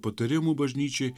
patarimų bažnyčiai